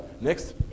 next